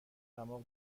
دماغ